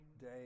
day